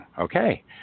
okay